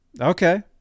Okay